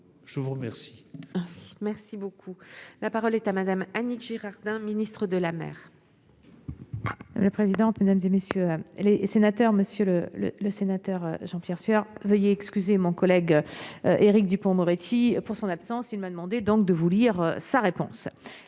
je vous remercie. Merci beaucoup, la parole est à Madame Annick Girardin, ministre de la mer. Le présidente mesdames et messieurs les sénateurs, Monsieur le le le sénateur Jean-Pierre Sueur veuillez excuser mon collègue Éric Dupond-Moretti pour son absence, il m'a demandé donc de vous lire sa réponse